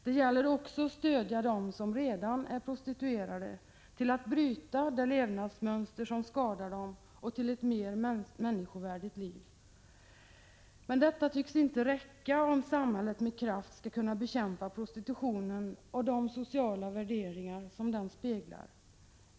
Det gäller att också stödja dem som redan är prostituerade och att få dem att bryta ett levnadsmönster som är till skada. Vidare gäller det att ge dem ett mer människovärdigt liv. Men detta tycks inte vara tillräckligt för att samhället med kraft skall kunna bekämpa prostitutionen och de sociala värderingar som denna speglar.